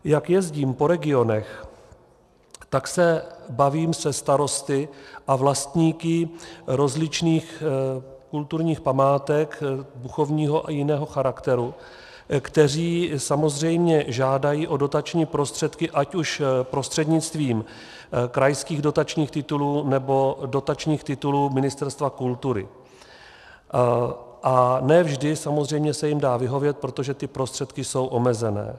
Jak jezdím po regionech, tak se bavím se starosty a vlastníky rozličných kulturních památek duchovního a jiného charakteru, kteří samozřejmě žádají o dotační prostředky, ať už prostřednictvím krajských dotačních titulů, nebo dotačních titulů Ministerstva kultury, a ne vždy se jim samozřejmě dá vyhovět, protože ty prostředky jsou omezené.